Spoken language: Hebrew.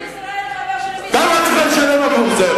ישראל, כמה את צריכה לשלם עבור זה?